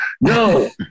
No